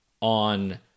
on